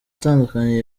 atandukanye